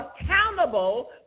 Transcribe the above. accountable